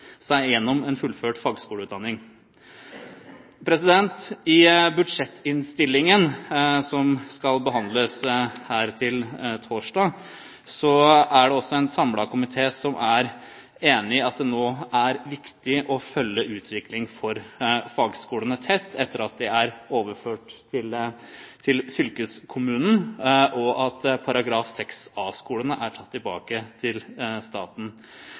gjennom fullført fagskoleutdanning. I budsjettinnstillingen som skal behandles her til torsdag, er det også en samlet komité som er enig i at det nå er viktig å følge utviklingen for fagskolene tett, etter at de er overført til fylkeskommunen, og at 6A-skolene er tatt tilbake til staten.